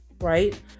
right